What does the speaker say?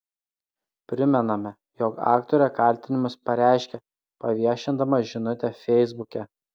primename jog aktorė kaltinimus pareiškė paviešindama žinutę feisbuke